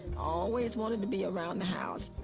always wanted to be around the house.